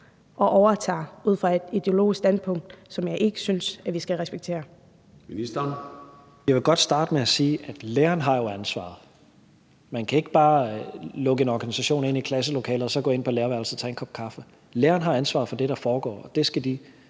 Børne- og undervisningsministeren (Mattias Tesfaye): Jeg vil godt starte med at sige, at læreren jo har ansvaret. Man kan ikke bare lukke en organisation ind i klasselokalet og så gå ind på lærerværelset og tage en kop kaffe. Læreren har ansvaret for det, der foregår, og det skal de